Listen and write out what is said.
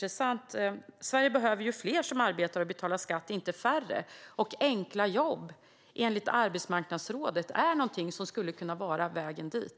Sverige behöver fler som arbetar och betalar skatt, inte färre, och enligt Arbetsmarknadsekonomiska rådet skulle enkla jobb kunna vara vägen dit.